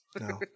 No